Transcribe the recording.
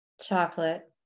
Chocolate